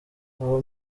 abo